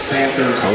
Panthers